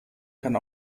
kann